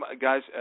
guys